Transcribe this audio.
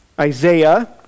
Isaiah